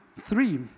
three